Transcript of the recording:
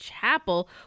Chapel